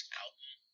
album